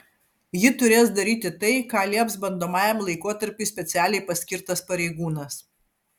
ji turės daryti tai ką lieps bandomajam laikotarpiui specialiai paskirtas pareigūnas